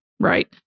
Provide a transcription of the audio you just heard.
Right